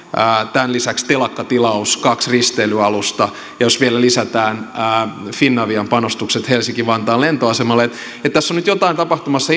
tämän lisäksi telakkatilaus kaksi risteilyalusta ja jos vielä lisätään finavian panostukset helsinki vantaan lentoasemalle niin tässä on nyt jotain tapahtumassa